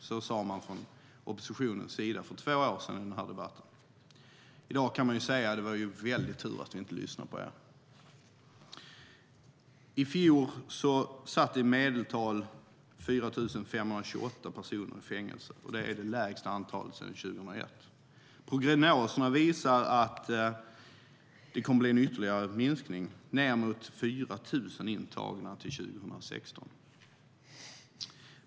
Så sade man från oppositionens sida för två år sedan i den här debatten. I dag kan man säga att det var en väldig tur att vi inte lyssnade på er. I fjol satt i medeltal 4 852 personer i fängelse. Det är det lägsta antalet sedan 2001. Prognoserna visar att det kommer att bli en ytterligare minskning ned mot 4 000 intagna till 2016.